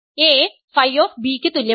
a Φ യ്ക്ക് തുല്യമാണ്